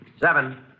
Seven